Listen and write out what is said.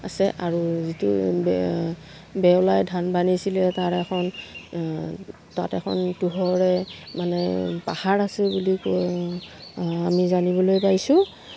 আছে আৰু যিটো বে বেৱলাই ধান বানিছিলে তাৰ এখন তাত এখন টোহৰে মানে পাহাৰ আছে বুলি ক আমি জানিবলৈ পাইছোঁ